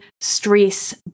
stress